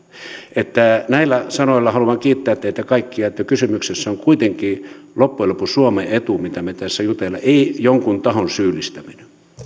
näillä sanoilla haluan kiittää teitä kaikkia kysymyksessä on kuitenkin loppujen lopuksi suomen etu mistä me tässä juttelemme ei jonkin tahon syyllistäminen